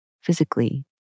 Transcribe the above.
physically